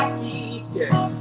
t-shirts